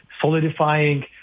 solidifying